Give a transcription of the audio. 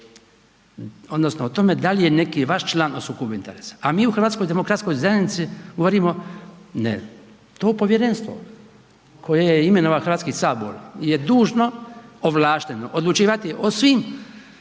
odnosno o tome da li je neki vaš član u sukobu interesa, a mi u HDZ-u govorimo ne to povjerenstvo koje je imenovao Hrvatski sabor je dužno, ovlašteno odlučivati o svim